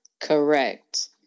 Correct